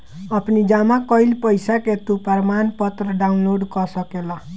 अपनी जमा कईल पईसा के तू प्रमाणपत्र डाउनलोड कअ सकेला